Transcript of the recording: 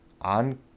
on